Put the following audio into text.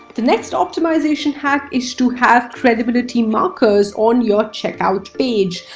the next optimization hack is to have credibility markers on your checkout page.